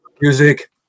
Music